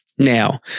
Now